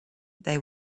they